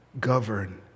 govern